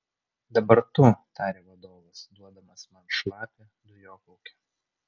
dabar tu tarė vadovas duodamas man šlapią dujokaukę